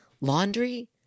Laundry